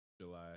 july